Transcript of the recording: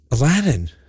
aladdin